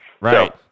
Right